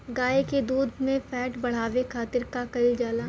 गाय के दूध में फैट बढ़ावे खातिर का कइल जाला?